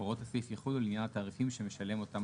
הוראות הסעיף יחולו לעניין התעריפים שמשלם אותם